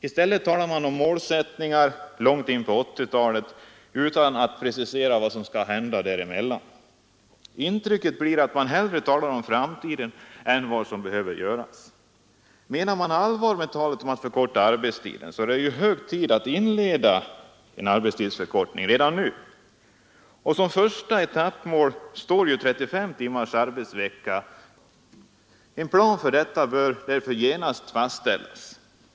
I stället talar man om målsättningar långt in på 1980-talet utan att precisera vad som skall hända däremellan. Intrycket blir att man hellre talar om framtiden än om vad som i dag behöver göras. Menar man allvar med talet att förkorta arbetstiden, så är det ju hög tid att inleda arbetstidsförkortningen redan nu, och som ett första mål står 35 timmars arbetsvecka med sju timmars arbetsdag. En plan härför bör genast fastställas.